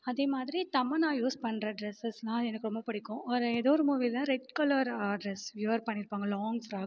அதேமாதிரி தமன்னா யூஸ் பண்ணுற ட்ரெஸஸ்லாம் எனக்கு ரொம்ப பிடிக்கும் ஒரு ஏதோ ஒரு மூவில ரெட் கலர் ட்ரெஸ் வியர் பண்ணிருப்பாங்கள் லாங் ஃப்ராக்